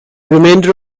remainder